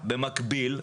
במקביל,